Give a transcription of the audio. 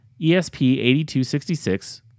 ESP8266